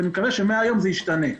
ואני מקווה שמהיום זה ישתנה.